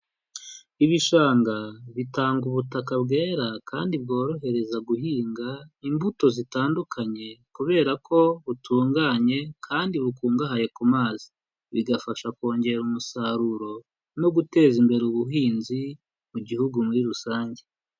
Ibishanga bitanga ubutaka bwera kandi bworohereza guhinga imbuto zitandukanye kubera ko butunganye kandi bukungahaye ku mazi, bigafasha kongera umusaruro no guteza imbere ubuhinzi mu gihugu muri rusange.